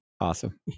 awesome